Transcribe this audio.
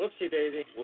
Whoopsie-daisy